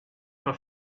for